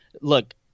look